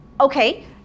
Okay